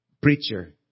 Preacher